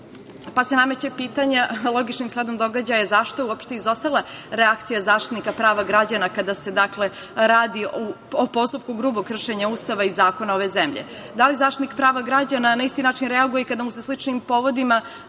pa se nameće pitanje, logično sledom događaja – zašto je uopšte izostala reakcija Zaštitnika prava građana kada se radi o postupku grubog kršenja Ustava i zakona ove zemlje? Da li Zaštitnik prava građana na isti način reaguje i kada mu se sličnim povodima